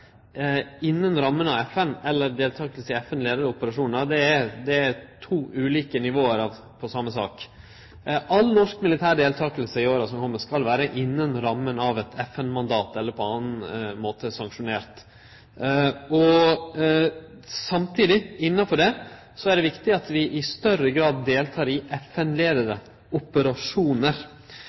innan ramma av FN eller deltaking i FN-leidde operasjonar er to ulike nivå i same saka. All norsk militær deltaking i åra som kjem, skal vere innan ramma av eit FN-mandat, eller på annan måte sanksjonert, og samtidig innanfor det, er det viktig at vi i større grad deltek i FN-leidde operasjonar.